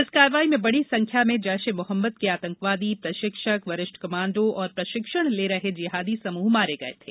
इस कार्रवाई में बड़ी संख्या में जैश ए मोहम्मद के आतंकवादी प्रशिक्षक वरिष्ठ कमांडो और प्रशिक्षण ले रहे जहादी समूह मारे गये थे